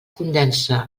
condensa